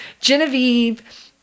Genevieve